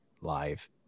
live